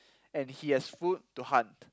and he has food to hunt